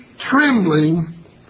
trembling